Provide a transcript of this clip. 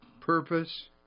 purpose